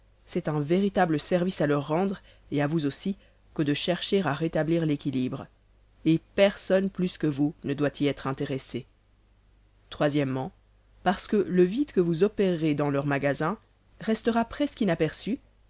c'est un véritable service à leur rendre et à vous aussi que de chercher à rétablir l'équilibre et personne plus que vous ne doit y être intéressé o parce que le vide que vous opèrerez dans leurs magasins restera presqu'inaperçu